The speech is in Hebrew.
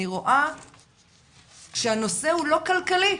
אני רואה שהנושא הוא לא כלכלי.